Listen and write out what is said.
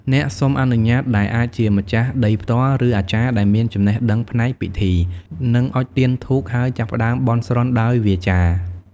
អ្នកសុំអនុញ្ញាត ដែលអាចជាម្ចាស់ដីផ្ទាល់ ឬអាចារ្យដែលមានចំណេះដឹងផ្នែកពិធី នឹងអុជទៀនធូប ហើយចាប់ផ្តើមបន់ស្រន់ដោយវាចា។